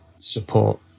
support